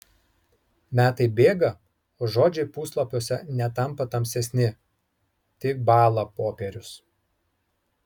metai bėga o žodžiai puslapiuose netampa tamsesni tik bąla popierius